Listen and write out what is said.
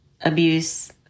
abuse